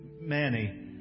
Manny